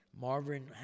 Marvin